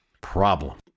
problem